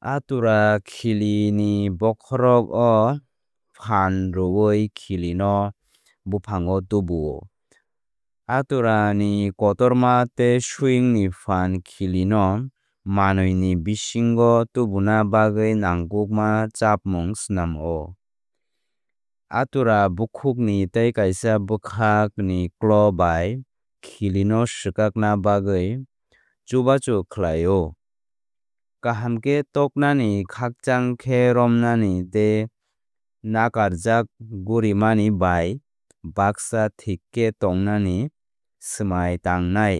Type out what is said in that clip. Atora khilli ni bokhorok o phan rwwi khili no buphang o tubuo. Atora ni kotorma tei swing ni phan khilli no manwi ni bisingo tubuna bagwi nangkukma chapmung snam o. Atorabukhuk ni tei kaisa bwkhak ni claw bai khili no swkakna bagwi chubachu khlaio. Kaham khe taknani khakchang khe romnani tei nakarjak gorimani bai baksa thik khe tongnani swmai tangnai